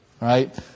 right